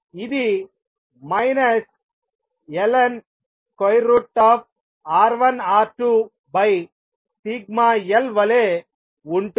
ఇది ln√ σl వలె ఉంటుంది